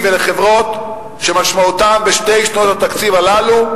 ולחברות שמשמעותה בשתי שנות התקציב הללו,